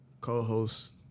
Co-host